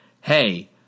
hey